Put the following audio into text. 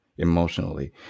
emotionally